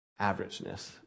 averageness